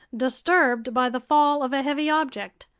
disturbed by the fall of a heavy object.